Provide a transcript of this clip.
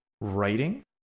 writing